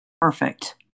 Perfect